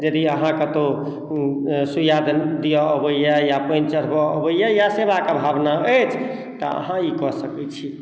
यदि अहाँ कतौ सुइया दिअ अबैया या पानि चढ़बए अबैया या सेवा के भावना अछि त अहाँ ई कऽ सकै छी